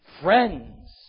friends